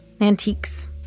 antiques